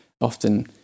often